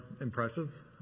impressive